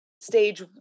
stage